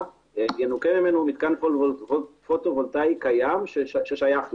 ינוכה ממנו מתקן פוטו וולטאי קיים ששייך לו,